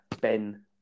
Ben